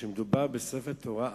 כשמדובר בספר תורה עתיק,